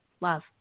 love